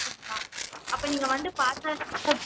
அப்படிங்களா அப்போ நீங்கள் வந்து பார்த்தா தானே சார்